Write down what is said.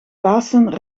pasen